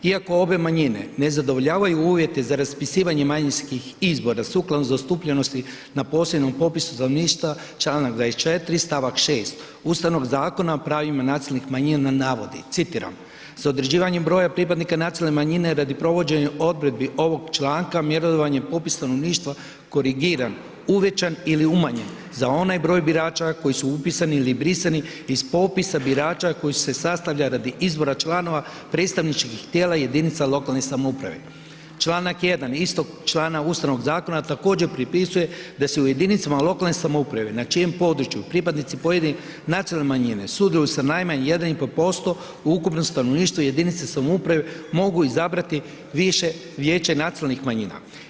Iako obe manjine ne zadovoljavaju uvjete za raspisivanje manjinskih izbora sukladno zastupljenosti na posljednjem popisu stanovništva čl. 24. st. 6. Ustavnog zakona o pravima nacionalnih manjina navodi, citiram: „Za određivanjem broja pripadnika nacionalne manjine radi provođenja odredbi ovog članka mjerodavni je popis stanovništva korigiran, uvećan ili umanjen za onaj broj birača koji su upisani ili brisani iz popisa birača koji se sastavlja radi izbora članova predstavničkih tijela jedinica lokalne samouprave.“ Čl. 1. istog člana Ustavnog zakona također pripisuje da se u jedinicama lokalne samouprave na čijem području pripadnici pojedinih nacionalne manjine sudjeluju sa najmanje 1,5% u ukupnom stanovništvu jedinice samouprave mogu izabrati više vijeće nacionalnih manjina.